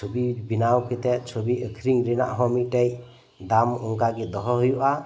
ᱪᱷᱚᱵᱤ ᱵᱮᱱᱟᱮ ᱠᱟᱛᱮᱜ ᱪᱷᱚᱵᱤ ᱟᱠᱷᱨᱤᱧ ᱨᱮᱱᱟᱜ ᱦᱚᱸ ᱢᱤᱫ ᱴᱮᱡ ᱫᱟᱢ ᱚᱝᱠᱟᱜᱮ ᱫᱚᱦᱚ ᱦᱩᱭᱩᱜᱼᱟ